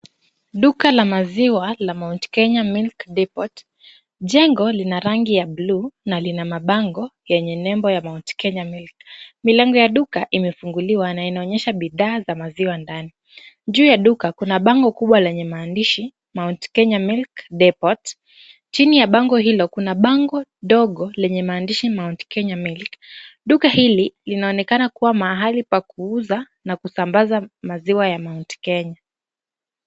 Duka la maziwa la Mt. Kenya Milk Depot . Jengo lina rangi ya buluu na lina mabango yenye nembo ya Mt. Kenya Milk. Milango ya duka imefunguliwa na inaonyesha bidhaa za maziwa ndani. Juu ya duka, kuna bango kubwa lenye maandishi Mt. Kenya Milk Depot , chini ya bango hilo kuna bango dogo lenye maandishi Mt. Kenya Milk. Duka hili inaonekana kuwa mahali pa kuuza na kusambaza maziwa ya Mt. Kenya.